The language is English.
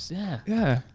yeah. yeah.